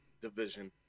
division